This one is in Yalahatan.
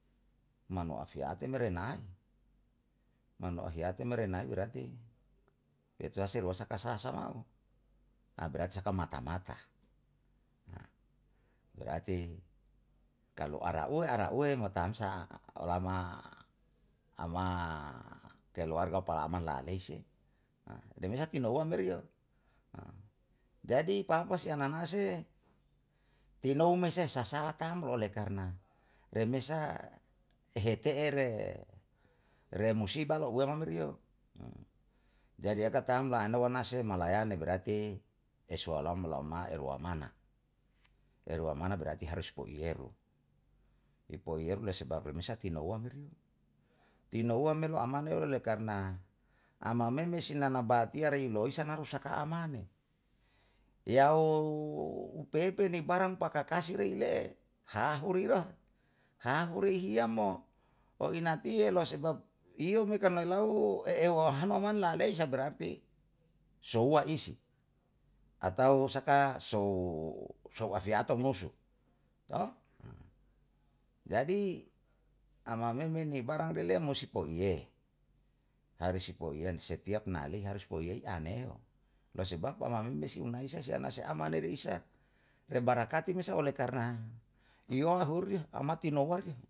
Manu ahiate mere nae, manu ahiyate mere nae berarti eta se rua si saka asamahu berarti saka mata-mata berarti kalu ara uwe ara uwe mo tansa olama ama keluarga palaman palalesin deng bisa tino uwa meri jadi papa si ananase tinou me sasala tamu ole karna remesa ehe te'e re musiba le uwema re muri jadi akam ta'a lamno'o na se malayane berarti eswalam lauma elwamana, elwamana berarti harus pu'iyeru. I pu'iyeru sebab le lemisa tinou uwam tinou uwam me amale me karna amameme sinana bahatiarei si loisa rusaka amane. Yau upeipe parang pakakasi lei hahu rira, hahu rihiya mo o ona tiye lou sebab, iyome karna ilau e'ewahano man la'a leisa berarti souwa isi atau saka sou afiyato musu jadi amameme me barang musti po'iye, harus si po'iye setiap nali harus po'iyei aneo, sebeb amameme si unaisa sa si amane ri isa barakati me oleh karna i yoha huriyo amati no warga.